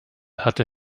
hatte